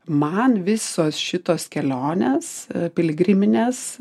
man visos šitos kelionės piligriminės